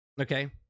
Okay